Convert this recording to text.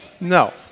no